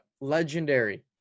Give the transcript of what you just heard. legendary